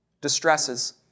Distresses